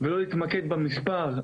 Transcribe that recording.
ולא להתמקד במספר,